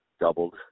doubled